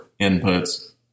inputs